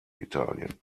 italien